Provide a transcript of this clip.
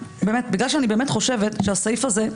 בגלל שאני באמת חושבת שהסעיף הזה,